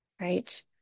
right